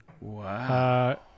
Wow